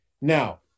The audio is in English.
Now